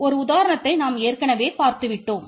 ஒரு உதாரணத்தை நாம் ஏற்கனவே பார்த்துவிட்டோம்